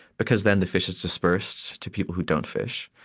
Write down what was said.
because then the fish is disbursed to people who don't fish,